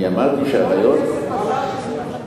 עכשיו אמרת שאתה תומך ברעיון,